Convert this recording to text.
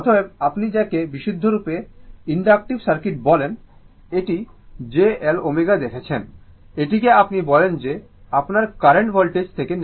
অতএব আপনি যাকে বিশুদ্ধরূপে ইনডাকটিভ সার্কিট বলেন এটি j L ω দেখেছেন এটিকে আপনি বলেন যে আপনার কারেন্ট ভোল্টেজ থেকে 90o লেগ করছে